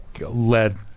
led